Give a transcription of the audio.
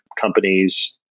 companies